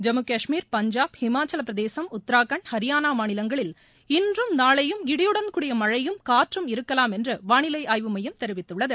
ஜம்மு கஷ்மீர் பஞ்சாப் ஹிமாச்சலப் பிரதேசம் உத்தரகாண்ட் ஹரியானா மாநிலங்களில் இன்றும் நாளையும் இடியுடன் கூடிய மழையும் காற்றும் இருக்கலாம் என்று வானிலை ஆய்வு மையம் தெரிவித்துள்ளது